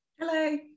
Hello